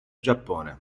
giappone